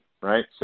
right